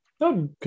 No